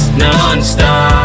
non-stop